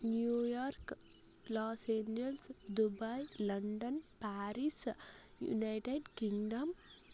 New York Los Angeles Dubai London Paris United Kingdom